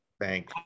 thank